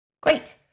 Great